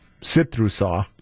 Sit-Through-Saw